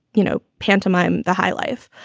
you know, pantomime the highlife.